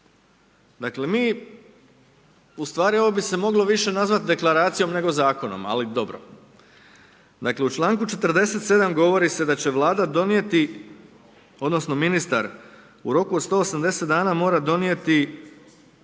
Dakle mi ustvari ovo bi se više moglo nazvat deklaracijom, nego zakonom, ali dobro. Dakle u članku 47. govori se da će vlada donijeti, odnosno ministar u roku od 180 dana mora donijeti